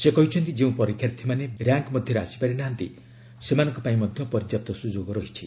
ସେ କହିଛନ୍ତି ଯେଉଁ ପରୀକ୍ଷାର୍ଥୀମାନେ ର୍ୟାଙ୍କ ମଧ୍ୟରେ ଆସିପାରିନାହାନ୍ତି ସେମାନଙ୍କ ପାଇଁ ମଧ୍ୟ ପର୍ଯ୍ୟାପ୍ତ ସୁଯୋଗ ରହିଛି